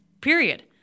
period